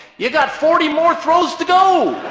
you got forty more throws to go!